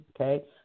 okay